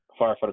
firefighter